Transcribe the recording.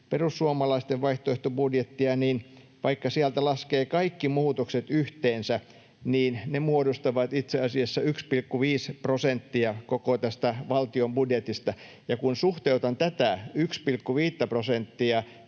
perussuomalaisten vaihtoehtobudjettia, niin vaikka sieltä laskee kaikki muutokset yhteensä, niin ne muodostavat itse asiassa 1,5 prosenttia koko tästä valtion budjetista. Ja kun suhteutan tätä 1,5:tä prosenttia